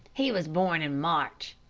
he was born in march.